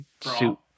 suit